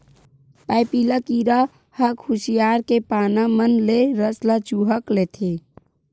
पाइपिला कीरा ह खुसियार के पाना मन ले रस ल चूंहक लेथे